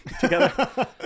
together